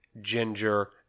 ginger